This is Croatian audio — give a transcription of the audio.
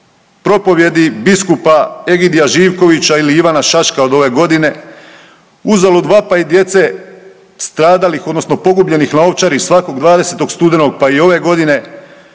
propovijedi biskupa Egidija Živkovića ili Ivana Šaška od ove godine, uzalud vapaj djece stradalih odnosno pogubljenih na Ovčari svakog 20. studenog pa i ove godine,